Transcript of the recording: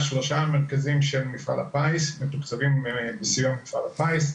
שלושה מרכזים של מפעל הפיס מתוקצבים בסיוע מפעל הפיס,